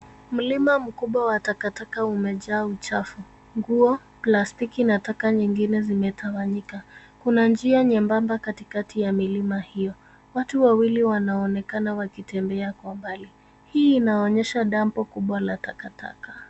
Mlima mkubwa wa takataka umejaa uchafu nguo, plastiki na taka nyingine zimetawanyika. Kuna njia nyembamba katikati ya milima hiyo. Watu wawili wanaonekana wakitembea kwa mbali. Hii inaonyesha dampu kubwa la takataka.